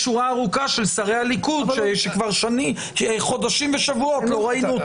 שרים שהיו פה במשך שנים ולא היו כמעט אף פעם